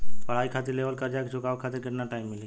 पढ़ाई खातिर लेवल कर्जा के चुकावे खातिर केतना टाइम मिली?